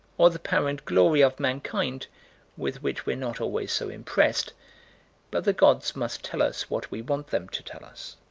or the power and glory of mankind with which we're not always so impressed but the gods must tell us what we want them to tell us.